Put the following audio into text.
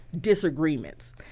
disagreements